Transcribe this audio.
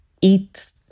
eat